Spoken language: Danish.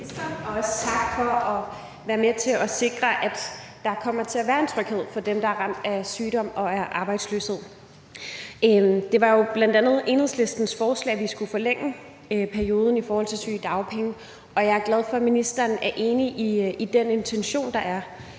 Først tak for at være med til at sikre, at der kommer til at være en tryghed for dem, der er ramt af sygdom og af arbejdsløshed. Det var jo bl.a. Enhedslistens forslag, at vi skulle forlænge perioden i forhold til sygedagpenge, og jeg er glad for, at ministeren er enig i den intention. Jeg vil